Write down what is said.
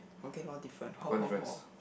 okay about different ho ho ho